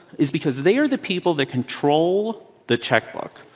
is because they are the people that control the checkbook.